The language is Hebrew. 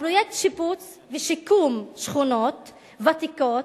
פרויקט שיפוץ ושיקום שכונות ותיקות,